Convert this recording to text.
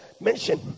Mention